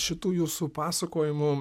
šitų jūsų pasakojimų